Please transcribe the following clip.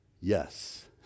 Yes